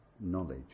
knowledge